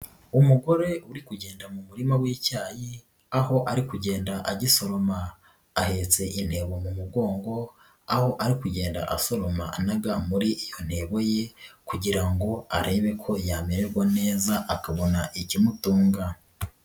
Umugore uri kugenda mu murima w'icyayi, aho ari kugenda agisoroma ahetse intebo mu mugongo, aho ari kugenda asoroma anaga muri iyo ntebo ye, kugira ngo arebe ko yamererwa neza akabona ikimutunga.